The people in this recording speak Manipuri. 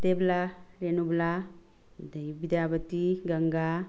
ꯗꯦꯕꯂꯥ ꯔꯦꯅꯨꯕꯂꯥ ꯑꯗꯒꯤ ꯕꯤꯗꯤꯌꯥꯕꯇꯤ ꯒꯪꯒꯥ